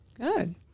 Good